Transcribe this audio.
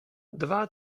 dwa